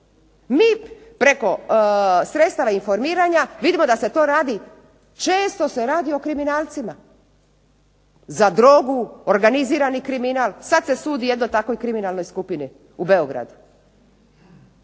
preko sredstava informiranja vidimo da se to često radi o kriminalcima za drogu, organizirani kriminal, sada se sudi jednoj takvoj kriminalnoj skupini u Beogradu.